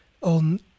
on